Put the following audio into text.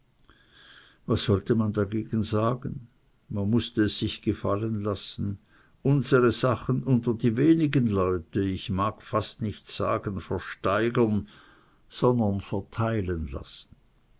was sollte man dagegen sagen man mußte es sich gefallen lassen unsere sachen unter die wenigen leute ich mag fast nicht sagen versteigern sondern verteilen zu lassen